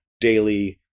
daily